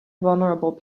vulnerable